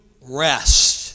rest